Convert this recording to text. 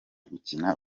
gukina